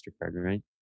right